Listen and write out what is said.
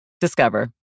Discover